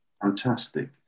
Fantastic